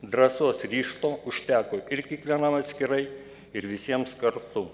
drąsos ryžto užteko ir kiekvienam atskirai ir visiems kartu